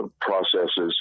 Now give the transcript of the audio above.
processes